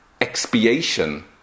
expiation